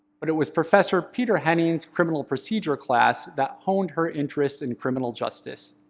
but it was professor peter henning's criminal procedure class that honed her interest in criminal justice.